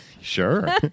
Sure